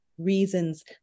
reasons